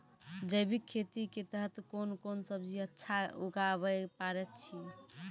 जैविक खेती के तहत कोंन कोंन सब्जी अच्छा उगावय पारे छिय?